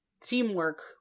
teamwork